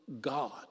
God